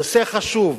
נושא חשוב,